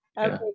Okay